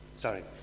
sorry